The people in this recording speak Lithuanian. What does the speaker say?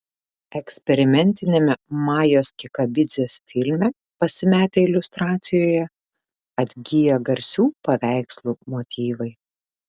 eksperimentiniame majos kikabidzės filme pasimetę iliustracijoje atgyja garsių paveikslų motyvai